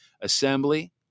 assembly